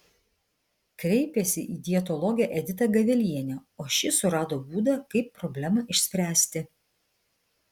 kreipėsi į dietologę editą gavelienę o ši surado būdą kaip problemą išspręsti